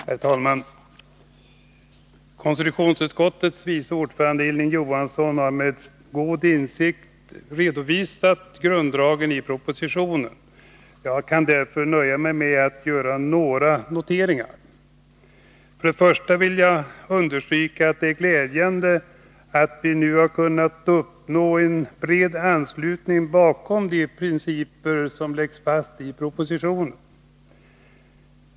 Herr talman! Konstitutionsutskottets vice ordförande Hilding Johansson har med god insikt redovisat grunddragen i propositionen. Jag kan därför nöja mig med att göra några noteringar. Jag vill understryka att det är glädjande att vi nu har kunnat uppnå en bred anslutning till de principer som läggs fast i propositionen.